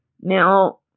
Now